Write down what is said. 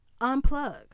Unplug